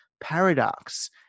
paradox